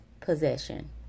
possession